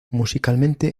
musicalmente